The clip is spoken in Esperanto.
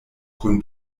kun